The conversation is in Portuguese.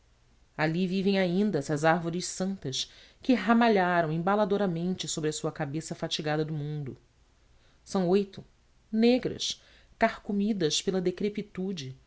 ali vivem ainda essas árvores santas que ramalharam embaladoramente sobre a sua cabeça fatigada do mundo são oito negras carcomidas pela